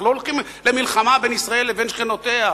אנחנו לא הולכים למלחמה בין ישראל לבין שכנותיה,